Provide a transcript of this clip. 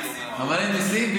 אבל אין מיסים,